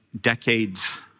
decades